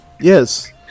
Yes